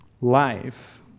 life